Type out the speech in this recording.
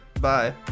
bye